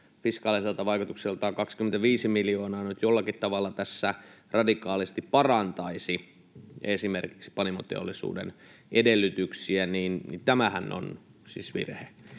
fiskaaliselta vaikutukseltaan 25 miljoonaa — nyt jollakin tavalla tässä radikaalisti parantaisi esimerkiksi panimoteollisuuden edellytyksiä, on siis virhe.